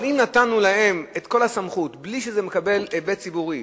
אבל אם נתנו להם את כל הסמכות בלי שזה מקבל היבט ציבורי,